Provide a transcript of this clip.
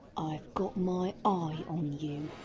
i've got my eye on you.